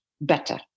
better